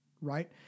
right